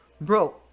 bro